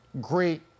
great